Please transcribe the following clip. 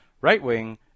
right-wing